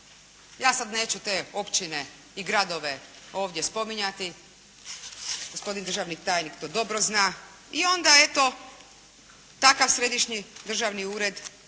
Ja sad neću te općine i gradove ovdje spominjati, gospodin državni tajnik to dobro zna. I onda eto takav središnji državni ured